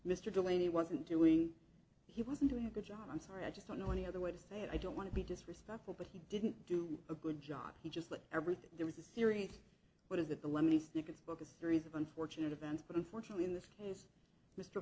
mr delaney wasn't doing he wasn't doing a good job i'm sorry i just don't know any other way to say i don't want to be disrespectful but he didn't do a good job he just let everything there was a serious what is that the lemony snicket spoke a series of unfortunate events but unfortunately in this case mr